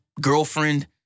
girlfriend